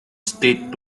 state